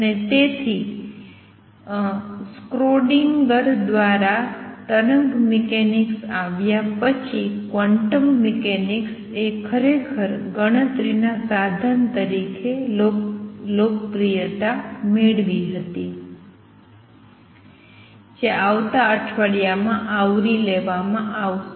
અને તેથી સ્ક્રોડિન્ગરSchrödinger દ્વારા તરંગ મિકેનિક્સ આવ્યા પછી ક્વોન્ટમ મિકેનિક્સ એ ખરેખર ગણતરીના સાધન તરીકે લોકપ્રિયતા મેળવી હતી જે આવતા અઠવાડિયામાં આવરી લેવામાં આવશે